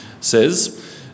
says